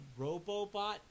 Robobot